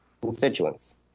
constituents